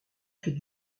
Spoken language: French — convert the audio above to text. fait